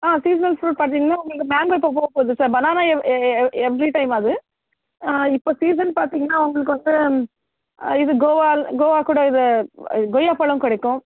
ஆ seasonal fruit பார்த்திங்கன்னா உங்களுக்கு mango இப்போ போப்போது sir banana uh uh every time அது இப்போ சீசன் பார்த்திங்கன்னா உங்களுக்கு வந்து இது கோவா கோவாக்கூட இது ஆ கொய்யாப்பழம் கிடைக்கும்